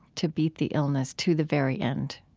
to beat the illness to the very end.